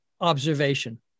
observation